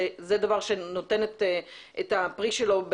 שזה דבר שנותן את הפרי שלו,